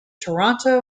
toronto